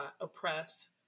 oppress